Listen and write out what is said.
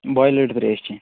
بۄلٕڈ ترٛیش چیٚنۍ